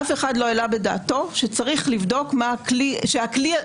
אף אחד לא העלה בדעתו שצריך לבדוק שהכלי הזה,